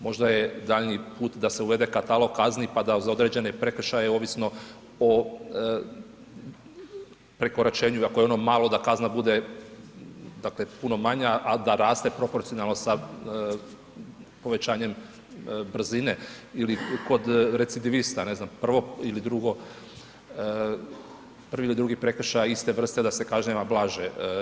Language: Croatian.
Možda je daljnji put da se uvede katalog kazni pa da za određene prekršaje ovisno o prekoračenju ako je ono malo da kazna bude, dakale puno manja a da raste proporcijalno sa povećanjem brzine ili kod recidivista, ne znam prvo ili drugo, prvi ili drugi prekršaj iste vrste da se kažnjava blaže.